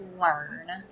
learn